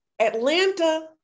Atlanta